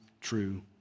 true